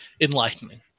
enlightening